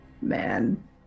Man